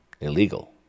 illegal